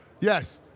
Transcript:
Yes